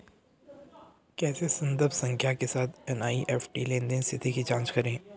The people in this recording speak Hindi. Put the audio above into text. कैसे संदर्भ संख्या के साथ एन.ई.एफ.टी लेनदेन स्थिति की जांच करें?